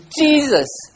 Jesus